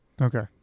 Okay